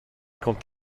quant